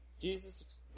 Jesus